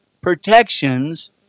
protections